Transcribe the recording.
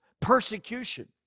persecution